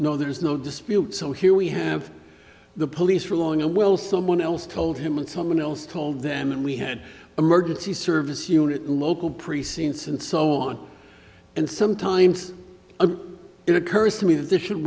no there is no dispute so here we have the police ruling a will someone else told him and someone else told them and we had emergency service unit local precincts and so on and sometimes a it occurs to me that there should